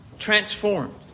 Transformed